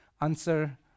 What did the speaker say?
Answer